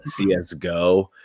CSGO